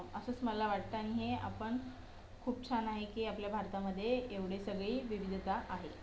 असंच मला वाटतं आणि हे आपण खूप छान आहे की आपल्या भारतामध्ये एवढे सगळी विविधता आहे